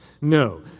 No